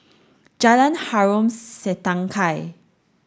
Jalan Harom Setangkai